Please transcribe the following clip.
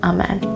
Amen